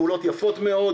פעולות יפות מאוד,